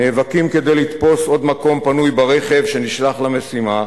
נאבקים כדי לתפוס עוד מקום פנוי ברכב שנשלח למשימה,